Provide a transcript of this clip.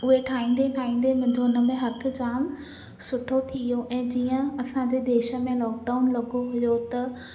उहे ठाहींदे ठाहींदे मुंहिंजो उनमें हथु जामु सुठो थी वियो ऐं जीअं असांजे देश में लॉकडाउन लॻो हुयो त